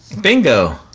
Bingo